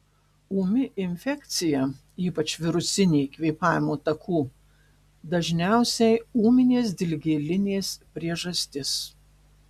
ūmi infekcija ypač virusinė kvėpavimo takų dažniausia ūminės dilgėlinės priežastis